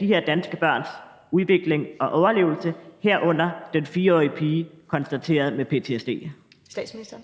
de her danske børns udvikling og overlevelse, herunder den 4-årige pige konstateret med ptsd?